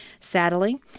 Sadly